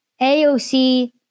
AOC